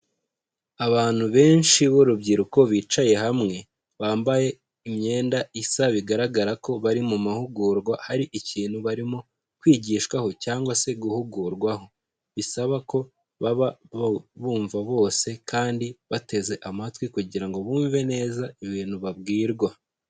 Abantu benshi b’urubyiruko bicaye hamwe, bambaye imyenda isa bigaragara ko bari mu mahugurwa. Hari ikintu barimo kwigishwaho cyangwa guhugurwaho, bisaba ko baba bumva bose kandi bateze amatwi kugira ngo bumve neza ibintu babwirwa.